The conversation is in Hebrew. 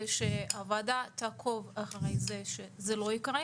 שהוועדה תעקוב אחרי זה שזה לא יקרה.